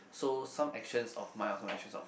so some actions of mine or some actions of